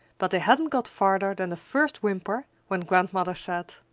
but they hadn't got farther than the first whimper when grandmother said,